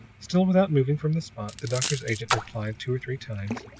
still without moving from the spot, the doctor's agent replied two or three times,